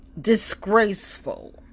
disgraceful